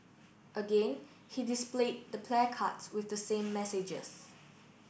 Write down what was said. again he displayed the placards with the same messages